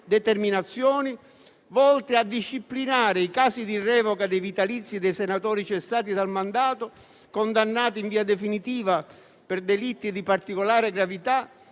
determinazioni, volte a disciplinare i casi di revoca dei vitalizi dei senatori cessati dal mandato condannati in via definitiva per delitti di particolare gravità,